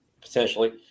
potentially